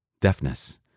deafness